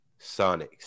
Sonics